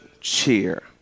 cheer